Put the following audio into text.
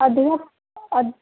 ଅଧିକା ଅଧ୍